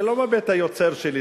זה לא מבית-היוצר שלי.